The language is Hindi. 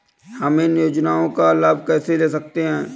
हम इन योजनाओं का लाभ कैसे ले सकते हैं?